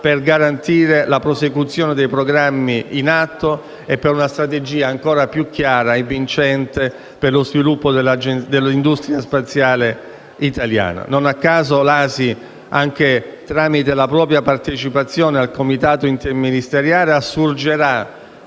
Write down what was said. per garantire la prosecuzione dei programmi spaziali in atto e per una strategia ancora più chiara e vincente per lo sviluppo dell'industria spaziale in Italia. Non a caso l'ASI, anche tramite la propria partecipazione al comitato interministeriale, assurgerà